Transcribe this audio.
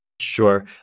Sure